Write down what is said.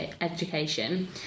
education